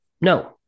No